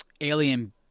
alien